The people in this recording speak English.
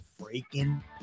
freaking